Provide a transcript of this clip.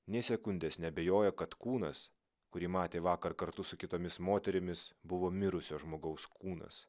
nė sekundės neabejojo kad kūnas kurį matė vakar kartu su kitomis moterimis buvo mirusio žmogaus kūnas